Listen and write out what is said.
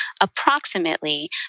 approximately